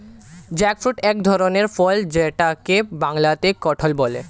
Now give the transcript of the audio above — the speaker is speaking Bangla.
জ্যাকফ্রুট এক ধরনের ফল যেটাকে বাংলাতে কাঁঠাল বলে